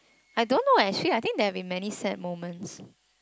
I don't know leh actually I think there have been many sad moments